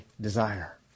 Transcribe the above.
desire